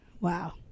Wow